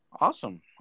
Awesome